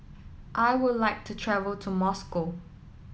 I would like to travel to Moscow